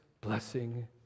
blessing